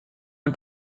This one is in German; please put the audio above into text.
ein